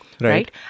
Right